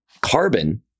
Carbon